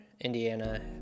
Indiana